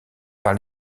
par